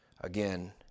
again